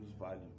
value